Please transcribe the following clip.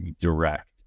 direct